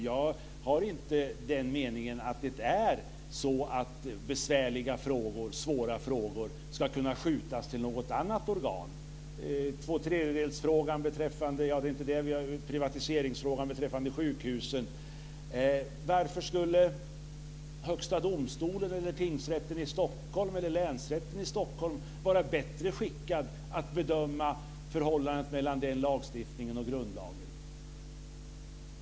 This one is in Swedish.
Jag är inte av den meningen att besvärliga och svåra frågor ska kunna skjutas till något annat organ - tvåtredjedelsfrågan eller privatiseringsfrågan beträffande sjukhusen. Varför skulle Högsta domstolen, Tingsrätten eller Länsrätten i Stockholm vara bättre skickade att bedöma förhållandet mellan den lagstiftningen och grundlagen?